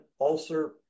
ulcer